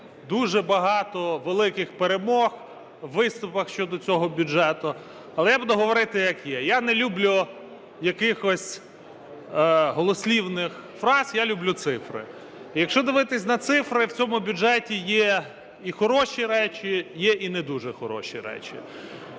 дуже багато великих перемог у виступах щодо цього бюджету, але я буду говорити як є. Я не люблю якихось голослівних фраз, я люблю цифри. Якщо дивитись на цифри, в цьому бюджеті є і хороші речі, є і не дуже хороші речі.